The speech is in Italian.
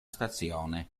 stazione